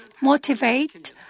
motivate